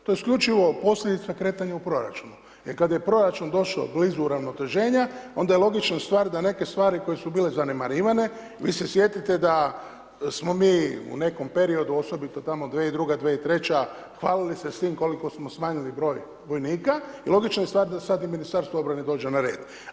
To je isključivo posljedica kretanja u proračunu, e kad je proračun došao blizu uravnoteženja onda je logična stvar da neke stvari koje su bile zanemarivane, vi se sjetite da smo mi u nekom periodu osobito tamo 2002., 2003. hvalili se s tim koliko smo smanjili broj vojnika i logično je stvar da sad i Ministarstvo obrane dođe na red.